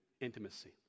intimacy